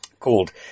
called